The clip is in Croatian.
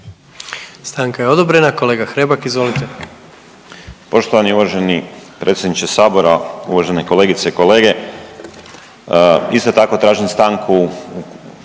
Stanka je odobrena. Kolega Hrebak, izvolite.